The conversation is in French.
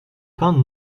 pins